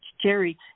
Jerry